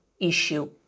issue